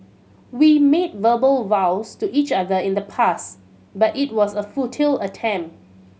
we made verbal vows to each other in the past but it was a futile attempt